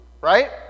right